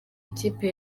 ikipe